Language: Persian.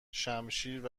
شمشیر